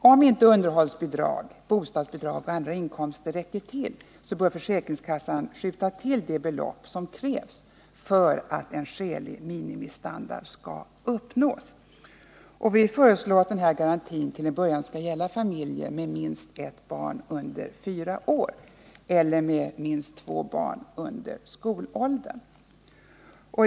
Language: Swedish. Om inte underhållsbidrag, bostadsbidrag och andra inkomster räcker till, bör försäkringskassan skjuta till det belopp som krävs för att en skälig minimistandard skall uppnås. Vi föreslår att denna garanti till en början skall gälla familjer med minst ett barn under fyra år eller familjer med minst två barn under skolåldern.